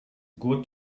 good